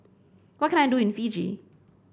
what can I do in Fiji